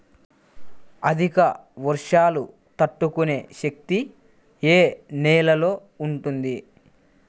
అధిక వర్షాలు తట్టుకునే శక్తి ఏ నేలలో ఉంటుంది?